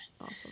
Awesome